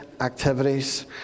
activities